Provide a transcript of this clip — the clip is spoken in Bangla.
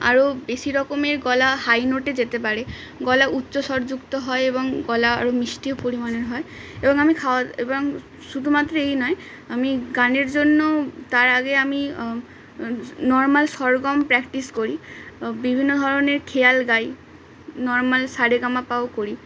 আরও বেশি রকমের গলা হাই নোটে যেতে পারে গলা উচ্চস্বরযুক্ত হয় এবং গলা আরও মিষ্টিও পরিমাণের হয় এবং আমি খাওয়া এবং শুধুমাত্র এই নয় আমি গানের জন্য তার আগে আমি নর্মাল স্বরগম প্র্যাকটিস করি বিভিন্ন ধরনের খেয়াল গাই নর্মাল সারেগামাপা ও করি